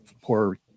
poor